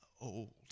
old